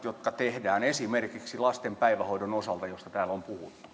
jotka tehdään esimerkiksi lasten päivähoidon osalta josta täällä on puhuttu